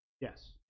Yes